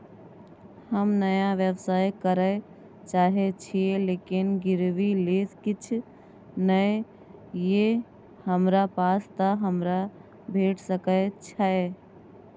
हम नया व्यवसाय करै चाहे छिये लेकिन गिरवी ले किछ नय ये हमरा पास त हमरा भेट सकै छै?